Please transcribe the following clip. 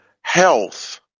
health